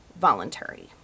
voluntary